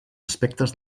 aspectes